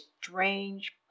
strange